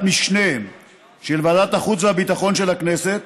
משנה של ועדת החוץ והביטחון של הכנסת,